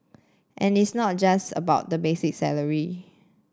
and it's not a just about the basic salary